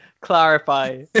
clarify